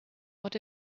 what